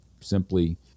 simply